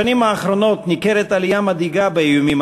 בשנים האחרונות ניכרת עלייה מדאיגה באיומים